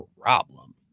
problem